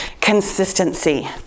consistency